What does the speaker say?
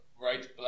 Right